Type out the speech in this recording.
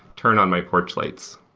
turn on my porch lights.